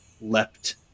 leapt